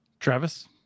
Travis